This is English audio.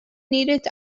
needed